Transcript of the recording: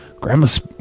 Grandma's